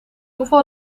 hoeveel